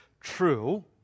true